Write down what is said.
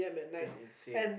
that's insane